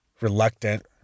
reluctant